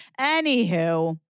Anywho